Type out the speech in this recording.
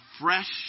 fresh